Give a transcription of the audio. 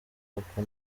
kuko